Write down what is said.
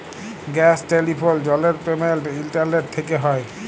gas, telephone, জলের payment internet থ্যকে হয়